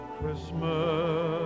Christmas